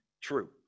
true